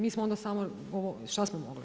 Mi smo onda samo, šta smo mogli?